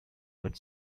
but